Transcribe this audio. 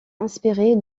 inspiré